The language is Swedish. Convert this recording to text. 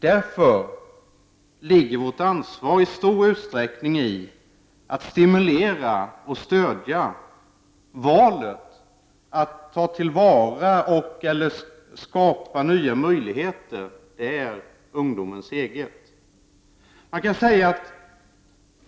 Vårt ansvar ligger därför i stor utsträckning i att stimulera och stödja valet att ta till vara och/eller skapa nya möjligheter. Det är ungdomens eget val.